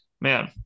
man